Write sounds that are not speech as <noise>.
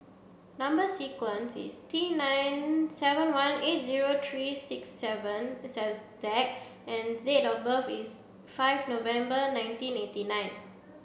number sequence is T nine seven one eight zero three six seven <unintelligible> Z and date of birth is five November nineteen eighty nine